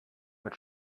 mit